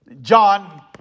John